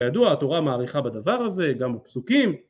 ידוע, התורה מאריכה בדבר הזה, גם בפסוקים.